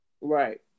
Right